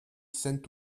saint